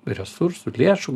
resursų lėšų